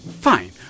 Fine